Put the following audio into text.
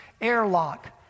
airlock